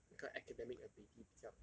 那个 academic ability 比较